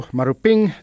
Maruping